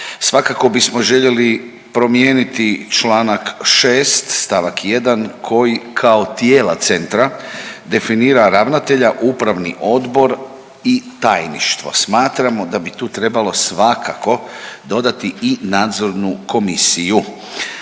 Svakako bismo željeli promijeniti Članak 6. stavak 1. koji kao tijela centra definira ravnatelja, upravni odbor i tajništvo. Smatramo da bi tu trebalo svakako dodati i nadzornu komisiju.